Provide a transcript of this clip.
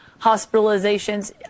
hospitalizations